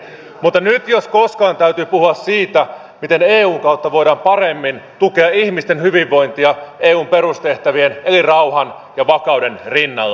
mutta nyt jos koskaan täytyy puhua siitä miten eun kautta voidaan paremmin tukea ihmisten hyvinvointia eun perustehtävien eli rauhan ja vakauden rinnalla